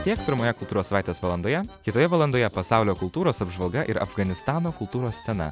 tiek pirmoje kultūros savaitės valandoje kitoje valandoje pasaulio kultūros apžvalga ir afganistano kultūros scena